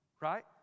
Right